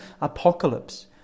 apocalypse